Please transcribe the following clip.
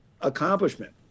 accomplishment